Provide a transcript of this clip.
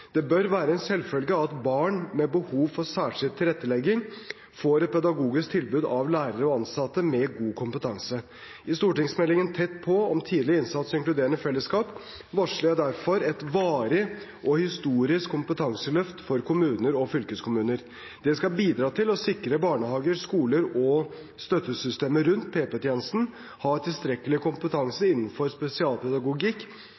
Det bør være en selvfølge at barn med behov for særskilt tilrettelegging får et pedagogisk tilbud av lærere og ansatte med god kompetanse. I stortingsmeldingen Tett på, om tidlig innsats og inkluderende fellesskap, varsler jeg derfor et varig og historisk kompetanseløft for kommuner og fylkeskommuner. Det skal bidra til å sikre at barnehager, skoler og støttesystemet rundt, PP-tjenesten, har tilstrekkelig